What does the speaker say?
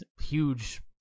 huge